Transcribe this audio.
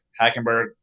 Hackenberg